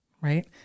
Right